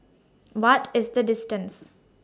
What IS The distance